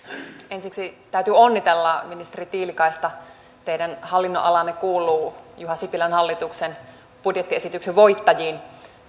ensiksi täytyy onnitella ministeri tiilikaista teidän hallinnonalanne kuuluu juha sipilän hallituksen budjettiesityksen voittajiin